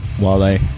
Wally